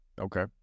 Okay